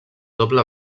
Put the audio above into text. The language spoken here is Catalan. doble